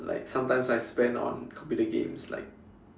like sometimes I spend on computer games like